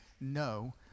No